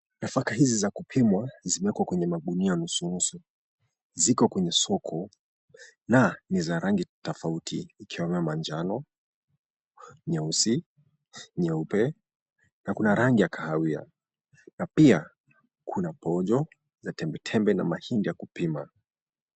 Mifaka hizi za kupimwa zimewekwa kwenye magunia nusu nusu. Ziko kwenye soko na ni za rangi tofauti ikiwemo manjano, nyeusi, nyeupe na kuna rangi ya kahawia na pia kuna pojo za tembetembe na mahindi ya kupima.